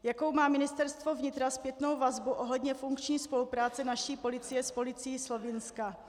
Jakou má Ministerstvo vnitra zpětnou vazbu ohledně funkční spolupráce naší policie s policií Slovinska?